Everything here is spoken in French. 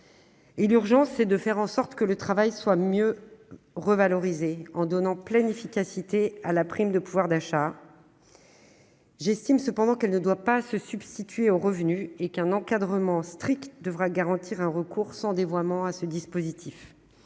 L'urgence, c'est de faire en sorte que le travail soit mieux revalorisé, en donnant pleine efficacité à la prime de pouvoir d'achat. J'estime cependant que celle-ci ne doit pas se substituer aux revenus et qu'un encadrement strict devra garantir que le recours à ce dispositif